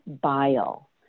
bile